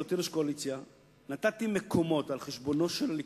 בהיותי ראש קואליציה נתתי מקומות על חשבונו של הליכוד,